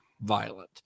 violent